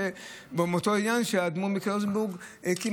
מאותו עניין שהאדמו"ר מקלויזנבורג הקים